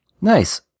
Nice